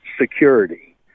security